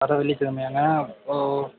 வர்ற வெள்ளிக்கிழமையாங்க ஓ ஓ